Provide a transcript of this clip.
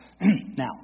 Now